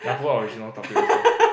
I forgot our original topic was about